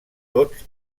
tots